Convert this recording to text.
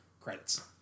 Credits